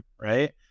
right